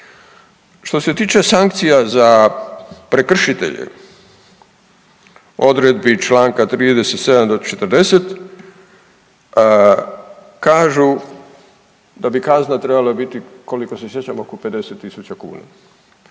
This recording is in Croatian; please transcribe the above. Što se tiče sankcija za prekršitelje, odredbi čl. 37. do 40. kažu da bi kazna trebala biti koliko se sjećam oko 50.000 kuna,